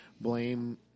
blame